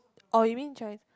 oh you mean Chinese